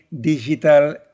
digital